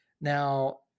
Now